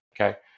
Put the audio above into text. Okay